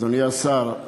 אדוני השר,